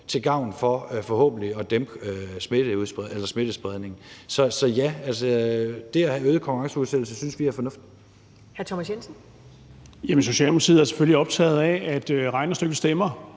til gavn for forhåbentlig at dæmpe smittespredningen. Så ja, det at have øget konkurrenceudsættelse synes vi er fornuftigt.